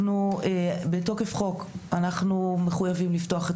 אנחנו בתוקף חוק אנחנו מחויבים לפתוח את